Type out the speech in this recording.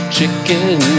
Chicken